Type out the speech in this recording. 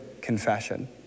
confession